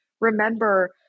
remember